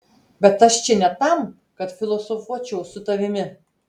bet aš čia ne tam kad filosofuočiau su tavimi